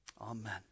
Amen